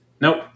Nope